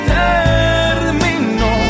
termino